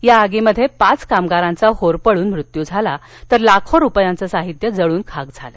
या आगीत पाच कामगारांचा होरपळून मृत्यू झाला तर लाखो रुपयांचं साहित्य जाळून खाक झालं